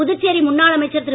புதுச்சேரி முன்னாள் அமைச்சர் திரு